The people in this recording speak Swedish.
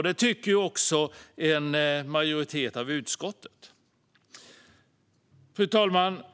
Detta tycker också en majoritet i utskottet. Fru talman!